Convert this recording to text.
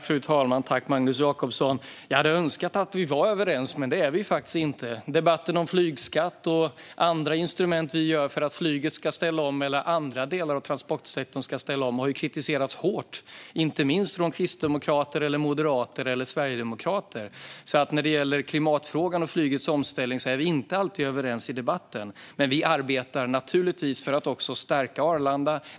Fru talman! Jag hade önskat att vi var överens, men det är vi faktiskt inte. Flygskatten och andra instrument vi har för att flyget och andra delar av transportsektorn ska ställa om har kritiserats hårt, inte minst av kristdemokrater, moderater och sverigedemokrater. När det gäller klimatfrågan och flygets omställning är vi inte alltid överens i debatten. Vi arbetar naturligtvis för att stärka Arlanda.